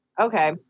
Okay